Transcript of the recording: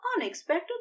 unexpected